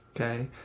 okay